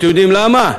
אתם יודעים למה?